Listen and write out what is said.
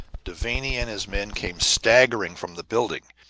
devanny and his men came staggering from the building.